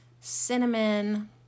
cinnamon